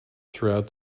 throughout